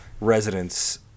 residents